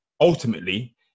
ultimately